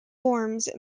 forms